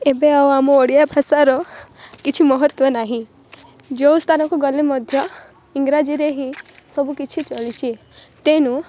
ଏବେ ଆଉ ଆମ ଓଡ଼ିଆ ଭାଷାର କିଛି ମହତ୍ତ୍ୱ ନାହିଁ ଯେଉଁ ସ୍ଥାନକୁ ଗଲେ ମଧ୍ୟ ଇଂରାଜୀରେ ହିଁ ସବୁ କିଛି ଚାଲିଛି ତେଣୁ